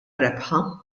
rebħa